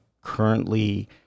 currently